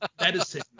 medicine